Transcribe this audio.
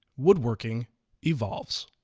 woodworking evolves.